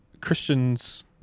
Christians